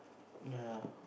ya